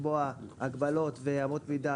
לקבוע הגבלות ואמות מידה